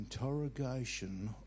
interrogation